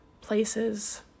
places